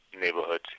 neighborhoods